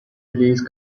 release